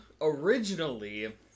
originally